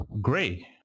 Gray